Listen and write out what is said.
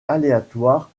aléatoire